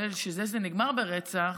של אלה שאצלם זה נגמר ברצח,